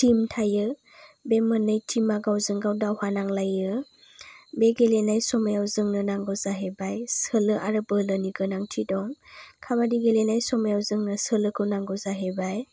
team थायो बे मोननै टिमा गावजों गाव दावहा नांलायो बे गेलेनाय समायाव जोंनो नांगौ जाहैबाय सोलो आरो बोलोनि गोनांथि दं काबादि गेलेनाय समाव जोंनो सोलोखौ नांगौ जाहैबाय